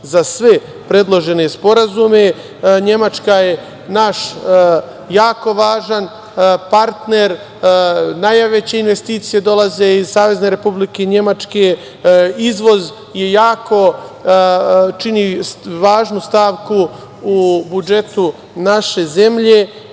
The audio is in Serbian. za sve predložene sporazume. Nemačka je naš jako važan partner. Najveće investicije dolaze iz Savezne Republike Nemačke. Izvoz čini jako važnu stavku u budžetu naše zemlje